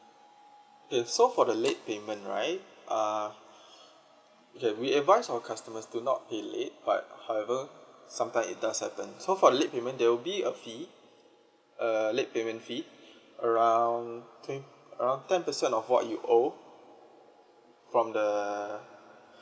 K so for the late payment right uh okay we advise our customers to not pay late but however sometime it does happen so for late payment there will be a fee err late payment fee around twen~ around ten percent of what you owe from the